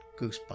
goosebumps